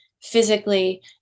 physically